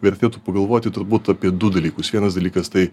vertėtų pagalvoti turbūt apie du dalykus vienas dalykas tai